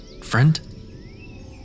friend